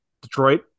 Detroit